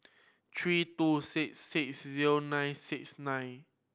three two six six zero nine six nine